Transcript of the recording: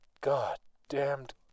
goddamned